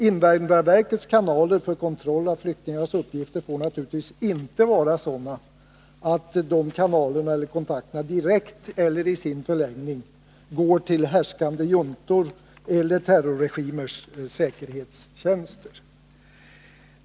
Invandrarverkets kanaler för kontroll av flyktingarnas uppgifter får naturligtvis inte vara sådana att de direkt eller i sin förlängning går till härskande juntor eller terrorregimers säkerhetstjänster.